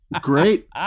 Great